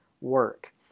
work